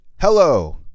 hello